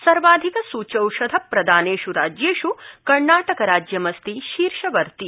सर्वाधिक सूच्यौषधप्रदानेष् राज्येष् कर्णाटकराज्यमस्ति शीर्षवर्ति